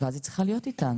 ואז היא צריכה להיות איתם.